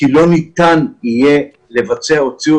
כי לא ניתן יהיה לבצע את הפעולות האלה כי הוציאו